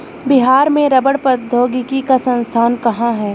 बिहार में रबड़ प्रौद्योगिकी का संस्थान कहाँ है?